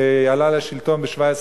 עלה לשלטון ב-17 במאי,